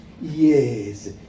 Yes